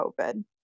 COVID